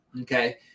Okay